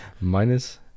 minus